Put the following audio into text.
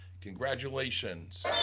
Congratulations